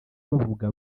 bavuga